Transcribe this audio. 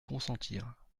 consentir